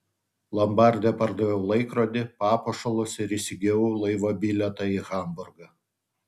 lombarde pardaviau laikrodį papuošalus ir įsigijau laivo bilietą į hamburgą